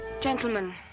Gentlemen